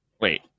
wait